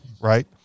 right